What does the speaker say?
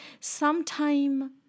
Sometime